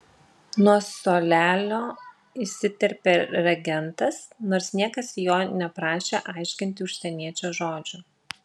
nuo suolelio įsiterpė regentas nors niekas jo neprašė aiškinti užsieniečio žodžių